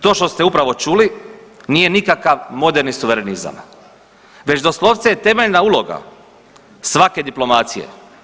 To što ste upravo čuli nije nikakav moderni suverenizam već doslovce je temeljna uloga svake diplomacije.